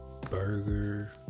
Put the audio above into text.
burger